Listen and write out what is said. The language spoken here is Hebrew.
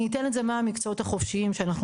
אני אתן את מה המקצועות החופשיים שאנחנו